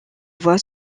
voit